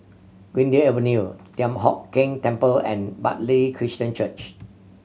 Greendale Avenue Thian Hock Keng Temple and Bartley Christian Church